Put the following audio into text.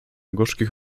gorzkich